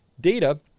data